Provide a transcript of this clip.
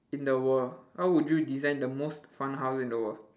in the world how would you design the most fun house in the world